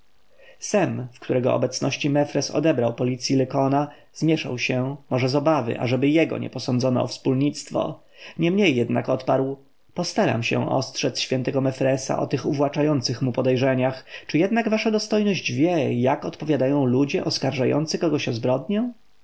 sem w którego obecności mefres odebrał policji lykona zmieszał się może z obawy ażeby jego nie posądzono o wspólnictwo niemniej jednak odparł postaram się ostrzec świętego mefresa o tych uwłaczających mu podejrzeniach czy jednak wasza dostojność wie jak odpowiadają ludzie oskarżający kogoś o zbrodnię